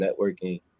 networking